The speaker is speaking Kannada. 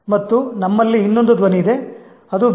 ಮತ್ತು ನಮ್ಮಲ್ಲಿ ಇನ್ನೊಂದು ಧ್ವನಿ ಇದೆ ಅದು ಬೇಡ